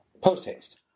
Post-haste